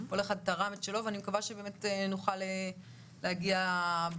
כל אחד תרם את שלו ואני מקווה שבאמת נוכל להגיע במהלך